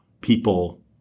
people